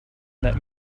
that